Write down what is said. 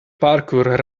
parkour